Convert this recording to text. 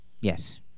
Yes